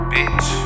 Bitch